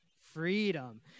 freedom